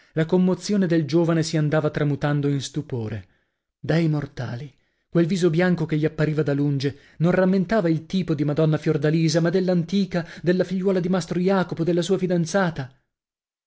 la commozione del giovane si andava tramutando in stupore dei immortali quel viso bianco che gli appariva da lunge non rammentava il tipo di madonna fiordalisa ma dell'antica della figliuola di mastro jacopo della sua fidanzata